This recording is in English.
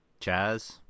Chaz